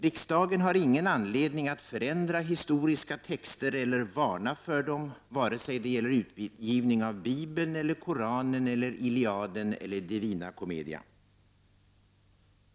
Riksdagen har ingen anledning att förändra historiska texter eller varna för dem, vare sig det gäller utgivning av Bibeln, Koranen, Iliaden eller Divina Commedia.